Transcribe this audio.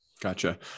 Gotcha